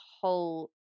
whole